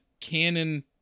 canon